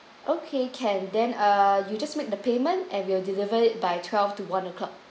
okay can then uh you just make the payment and we'll delivered it by twelve to one o'clock